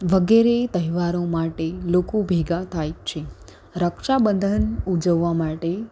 વગેરે તહેવારો માટે લોકો ભેગાં થાય છે રક્ષાબંધન ઉજવવા માટે